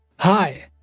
Hi